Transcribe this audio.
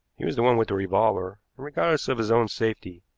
he was the one with the revolver, and, regardless of his own safety,